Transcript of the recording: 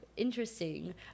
interesting